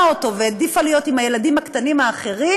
אותו והעדיפה להיות עם הילדים הקטנים האחרים,